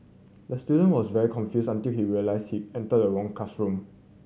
the student was very confused until he realised he entered the wrong classroom